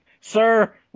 Sir